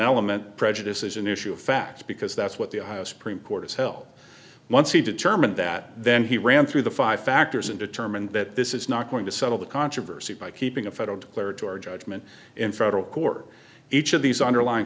element prejudice is an issue of fact because that's what the supreme court itself once he determined that then he ran through the five factors and determined that this is not going to settle the controversy by keeping a federal declaratory judgment in federal court each of these underlying